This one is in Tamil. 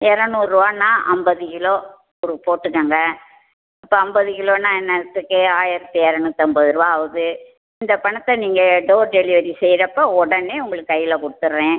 இரநூறுவான்னா ஐம்பது கிலோ கொடு போட்டுக்கோங்க அப்போ ஐம்பது கிலோன்னா என்னாத்துக்கு ஆயிரத்தி இரநூத்தம்பதுருவா ஆகுது இந்த பணத்தை நீங்கள் டோர் டெலிவரி செய்யுறப்ப உடனே உங்களுக்கு கையில் கொடுத்துட்றேன்